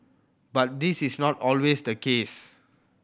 but this is not always the case